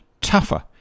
tougher